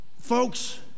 folks